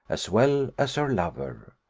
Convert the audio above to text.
as well as her lover.